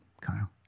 Kyle